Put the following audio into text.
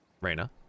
Reyna